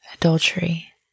Adultery